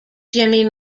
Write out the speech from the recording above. jimmy